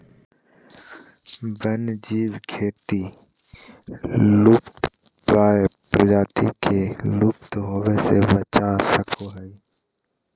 वन्य जीव के खेती लुप्तप्राय प्रजाति के विलुप्त होवय से बचा सको हइ